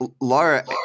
Laura